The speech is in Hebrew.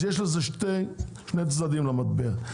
אז יש שני צדדים למטבע.